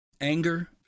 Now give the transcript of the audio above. anger